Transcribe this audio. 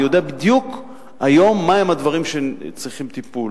היום אני יודע בדיוק מהם הדברים שצריכים טיפול